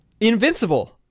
Invincible